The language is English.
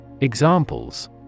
Examples